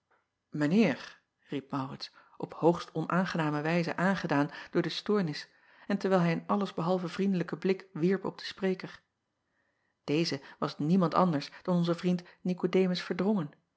riep aurits op hoogst onaangename wijze aangedaan door de stoornis en terwijl hij een alles behalve vriendelijken blik wierp op den spreker eze was niemand anders dan onze vriend ikodemus erdrongen